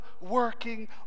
working